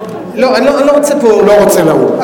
אני לא רוצה פה, הוא לא רוצה לאו"ם.